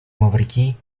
маврикий